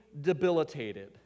debilitated